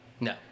No